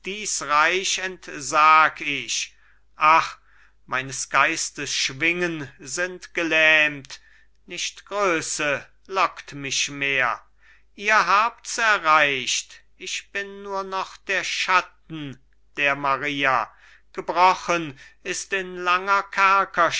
entsag ich ach meines geistes schwingen sind gelähmt nicht größe lockt mich mehr ihr habt's erreicht ich bin nur noch der schatten der maria gebrochen ist in langer